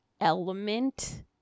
element